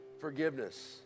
forgiveness